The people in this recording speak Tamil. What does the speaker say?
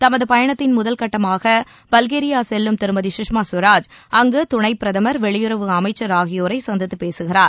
தமது பயணத்தின் முதல் கட்டமாக பல்கேரியா செல்லும் திருமதி குஷ்மா ஸ்வராஜ் அங்கு துணைப்பிரதமர் வெளியுறவு அமைச்சர் ஆகியோரை சந்தித்துப் பேசுகிறார்